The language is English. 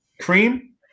Cream